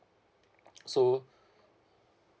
so